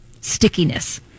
stickiness